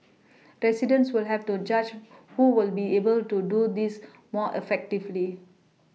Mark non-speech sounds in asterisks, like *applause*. *noise* residents will have to judge *noise* who will be able to do this more effectively